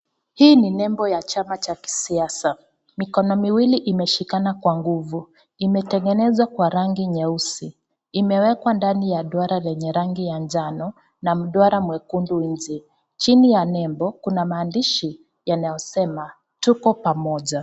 Hii ni nembo ya chama ya kisiasa. Mikono miwili imeshikana kwa nguvu. Imetengenezwa kwa rangi nyeusi. Imewekwa ndani ya duara lenye rangi ya njano na mduara mwekundu nje. Chini ya nembo kuna maandishi yanayosema, tuko pamoja.